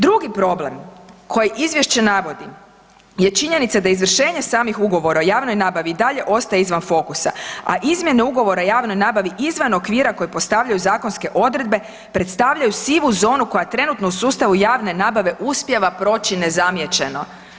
Drugi problem koji izvješće navodi je činjenica da izvršenje samih ugovora o javnoj nabavi i dalje ostaje izvan fokusa, a izmjene ugovora o javnoj nabavi izvan okvira koje postavljaju zakonske odredbe predstavljaju sivu zonu koja trenutno u sustavu javne nabave uspijeva proći nezamijećeno.